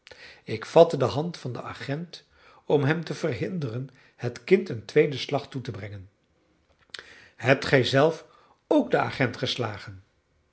ik vatte de hand van den agent om hem te verhinderen het kind een tweeden slag toe te brengen hebt gij zelf ook den agent geslagen